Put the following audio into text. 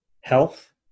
health